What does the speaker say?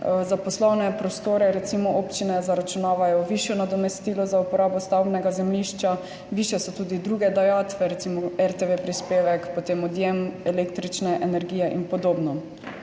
Za poslovne prostore recimo občine zaračunavajo višje nadomestilo za uporabo stavbnega zemljišča, višje so tudi druge dajatve, recimo prispevek RTV, potem odjem električne energije in podobno.